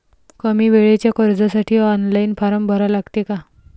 कमी वेळेच्या कर्जासाठी ऑनलाईन फारम भरा लागते का?